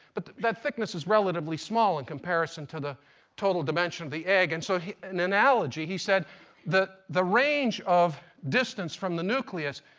but that thickness is relatively small in comparison to the total dimension of the egg. and so an analogy. he said that the range of distance from the nucleus,